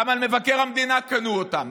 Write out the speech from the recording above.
גם על מבקר המדינה קנו אותם,